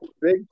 Big